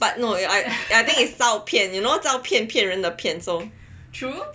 but no I think is 照片骗人的骗